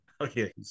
Okay